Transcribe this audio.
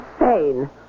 insane